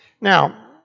Now